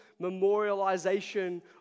memorialization